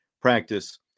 practice